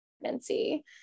pregnancy